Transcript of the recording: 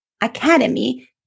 academy